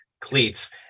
cleats